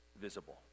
visible